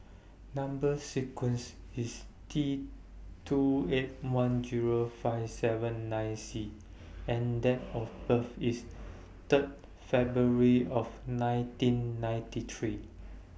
Number sequence IS T two eight one Zero five seven nine C and Date of birth IS Third February of nineteen ninety three